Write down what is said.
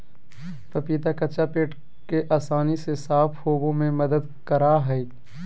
पपीता कच्चा पेट के आसानी से साफ होबे में मदद करा हइ